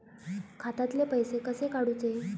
खात्यातले पैसे कसे काडूचे?